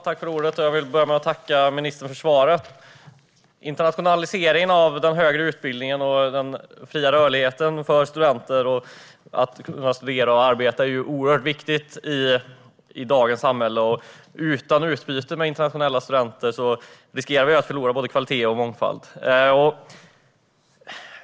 Herr talman! Jag vill tacka ministern för svaret. Internationaliseringen av den högre utbildningen och den fria rörligheten för studenter, så att de ska kunna studera och arbeta, är oerhört viktiga i dagens samhälle. Utan utbyte med internationella studenter riskerar vi att förlora både kvalitet och mångfald.